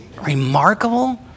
remarkable